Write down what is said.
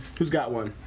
who's got one.